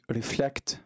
reflect